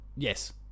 yes